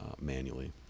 manually